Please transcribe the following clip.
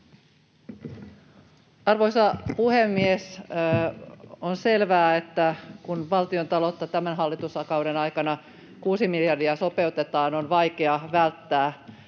Arvoisa puhemies! On selvää, että kun valtiontaloutta tämän hallituskauden aikana kuusi miljardia sopeutetaan, on vaikea välttää